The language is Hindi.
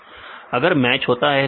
विद्यार्थी अगर मैच होता है तो